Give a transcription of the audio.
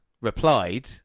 replied